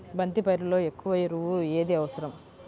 బంతి పైరులో ఎక్కువ ఎరువు ఏది అవసరం?